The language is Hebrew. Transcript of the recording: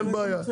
אין בעיה.